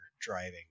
driving